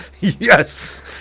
Yes